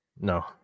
No